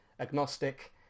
agnostic